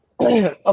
Okay